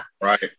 right